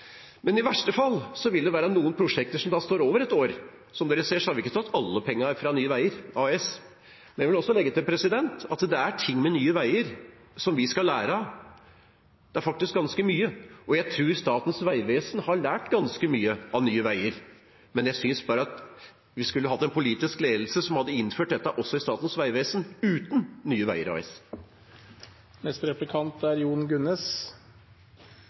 Men i verste fall vil det være noen prosjekter som da står over et år. Som man ser, har vi ikke tatt alle pengene fra Nye Veier AS. Men jeg vil legge til at det er ting med Nye Veier som vi skal lære av – faktisk ganske mye. Jeg tror Statens vegvesen har lært ganske mye av Nye Veier, men jeg synes bare at vi skulle hatt en politisk ledelse som hadde innført dette også i Statens vegvesen uten Nye